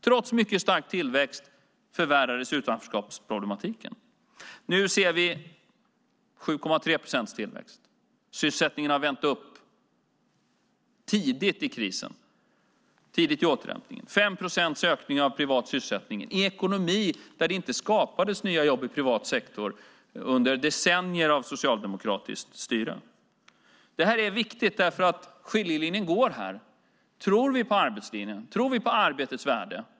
Trots mycket stark tillväxt förvärrades utanförskapsproblematiken. Nu ser vi 7,3 procents tillväxt. Sysselsättningen vände upp tidigt i återhämtningen efter krisen. Vi har 5 procents ökning av privat sysselsättning - detta i en ekonomi där det inte skapades nya jobb i privat sektor under decennier av socialdemokratiskt styre. Det här är viktigt eftersom skiljelinjen går här. Tror vi på arbetslinjen och arbetets värde?